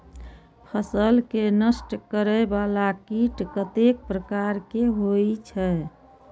फसल के नष्ट करें वाला कीट कतेक प्रकार के होई छै?